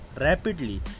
rapidly